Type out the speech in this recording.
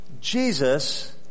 Jesus